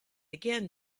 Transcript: again